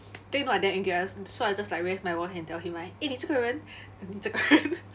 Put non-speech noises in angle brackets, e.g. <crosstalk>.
then you know I damn angry so I just like raised my voice and tell him like eh 你这个人你这个人 <laughs>